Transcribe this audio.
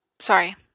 Sorry